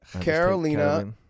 Carolina